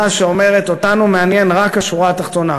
שאומרת: אותנו מעניין רק השורה התחתונה.